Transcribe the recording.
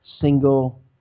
single